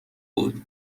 بود